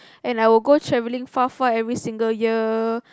and I would go travelling far far every single year